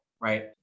right